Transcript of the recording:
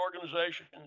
organizations